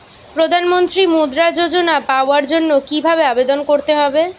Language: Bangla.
প্রধান মন্ত্রী মুদ্রা যোজনা পাওয়ার জন্য কিভাবে আবেদন করতে হবে?